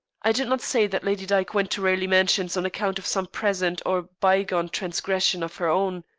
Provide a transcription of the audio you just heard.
i did not say that lady dyke went to raleigh mansions on account of some present or bygone transgression of her own.